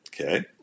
Okay